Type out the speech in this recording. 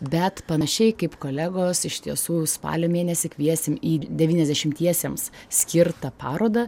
bet panašiai kaip kolegos iš tiesų spalio mėnesį kviesim į devyniasdešimtiesiems skirtą parodą